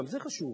וגם זה חשוב,